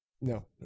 No